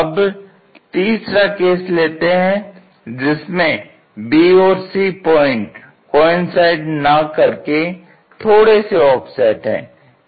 अब तीसरा केस लेते हैं जिसमें b और c पॉइंट कोइंसाइड ना करके थोड़े से ऑफ़सेट हैं